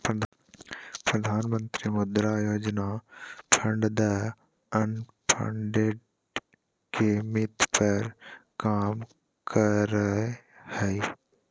प्रधानमंत्री Mudra Yojana fund the unfunded के theme पर काम करय हइ